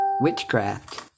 witchcraft